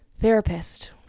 therapist